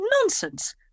Nonsense